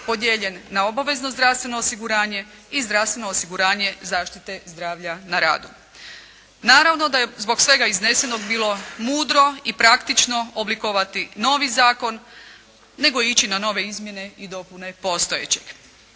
podijeljen na obavezno zdravstveno osiguranje i zdravstveno osiguranje zaštite zdravlja na radu. Naravno da je zbog svega iznesenog bilo mudro i praktično oblikovati novi zakon nego ići na nove izmjene i dopune postojećeg.